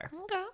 Okay